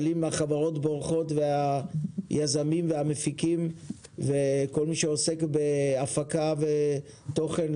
אבל אם החברות בורחות והיזמים והמפיקים וכל מי שעוסק בהפקה ותוכן,